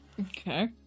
Okay